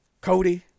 Cody